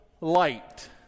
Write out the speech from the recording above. light